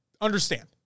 understand